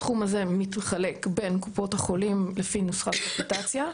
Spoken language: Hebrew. הסכום הזה מתחלק בין קופות החולים לפי נוסחת קפיטציה.